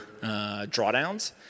drawdowns